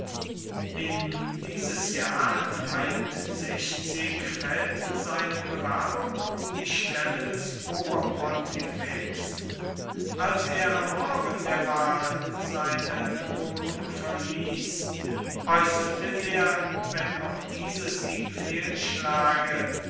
in dieses jahr fällt seine bewerbung um die stelle des oberpontifex als er am morgen der wahl seine wohnung verließ äußerte er wenn auch dieses ihm